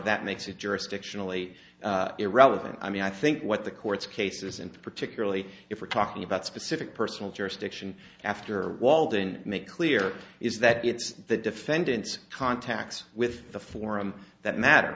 that makes it jurisdictionally irrelevant i mean i think what the court's cases and particularly if we're talking about specific personal jurisdiction after walden make clear is that it's the defendant's contacts with the forum that matter